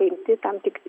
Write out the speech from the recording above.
priimti tam tikri